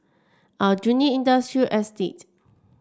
Aljunied Industrial Estate